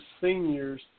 seniors